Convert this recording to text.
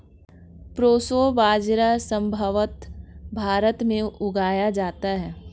proso बाजरा संभवत भारत में उगाया जाता है